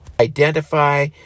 identify